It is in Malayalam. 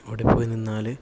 അവിടെ പോയി നിന്നാല്